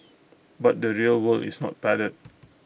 but the real world is not padded